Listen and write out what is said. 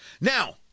Now